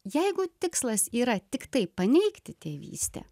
jeigu tikslas yra tiktai paneigti tėvystę